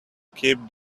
keep